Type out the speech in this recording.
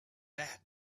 that